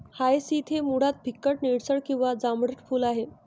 hyacinth हे मुळात फिकट निळसर किंवा जांभळट फूल आहे